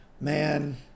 Man